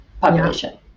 population